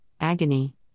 agony